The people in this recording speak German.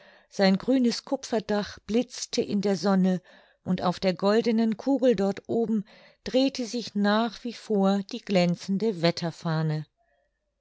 sein grünes kupferdach blitzte in der sonne und auf der goldenen kugel dort oben drehte sich nach wie vor die glänzende wetterfahne